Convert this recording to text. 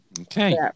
okay